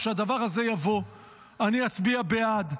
כשהדבר הזה יבוא אני אצביע בעד,